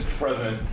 president,